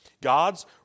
God's